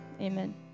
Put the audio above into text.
Amen